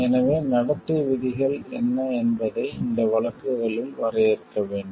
எனவே நடத்தை விதிகள் என்ன என்பதை இந்த வழக்குகளில் வரையறுக்க வேண்டும்